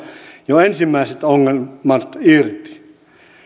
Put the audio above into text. jo ensimmäiset ongelmat irti